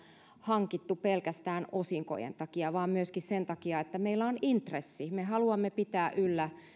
hankittu pelkästään osinkojen takia vaan myöskin sen takia että meillä on intressi me haluamme pitää yllä